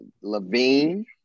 Levine